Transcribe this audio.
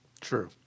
True